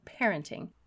parenting